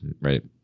Right